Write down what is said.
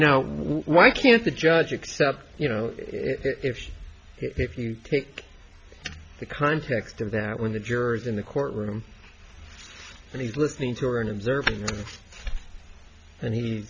now why can't the judge accept you know if if you take the context of that when the jurors in the courtroom and he's listening to her and observing and he